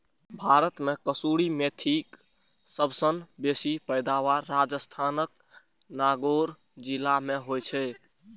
भारत मे कसूरी मेथीक सबसं बेसी पैदावार राजस्थानक नागौर जिला मे होइ छै